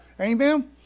Amen